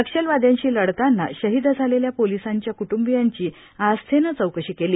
नक्षलवाद्यांशी लढताना शहीद झालेल्या पोलिसांच्या क्ट्बियांची आस्थेने चौकशी केली